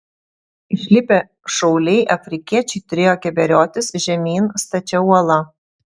išlipę šauliai afrikiečiai turėjo keberiotis žemyn stačia uola